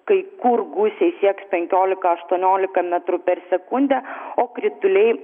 kai kur gūsiai sieks penkiolika aštuoniolika metrų per sekundę o krituliai